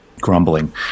grumbling